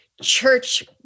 church